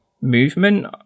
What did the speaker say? movement